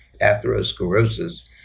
Atherosclerosis